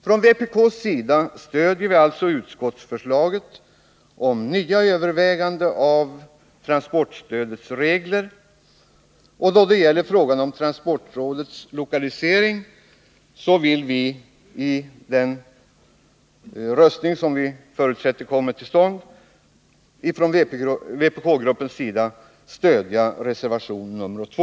Från vpk:s sida stöder vi alltså utskottsförslaget om nya överväganden om transportstödets regler, och då det gäller frågan om transportrådets lokalisering vill vi i den röstning, som vi förutsätter kommer till stånd, från vpk-gruppens sida stödja reservation 2.